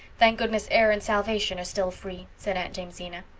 thank goodness air and salvation are still free, said aunt jamesina.